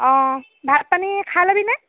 অঁ ভাত পানী খাই ল'বিনে